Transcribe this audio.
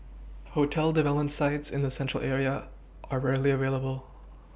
hotel development sites in the central area are rarely available